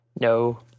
No